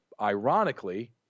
ironically